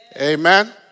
Amen